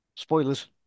Spoilers